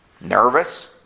Nervous